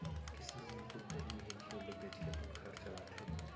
किसान मन दूद, दही, मही, घींव ल बेचके अपन घर चलाथें